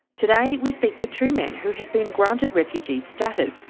today we speak to two men who have been granted refugee status,